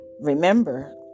Remember